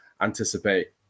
anticipate